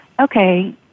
okay